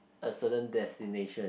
a certain destination